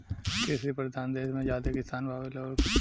कृषि परधान देस मे ज्यादे किसान बावे लोग